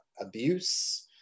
abuse